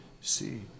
see